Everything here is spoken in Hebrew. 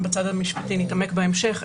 המשפטי נתעמק בהמשך.